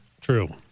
True